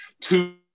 two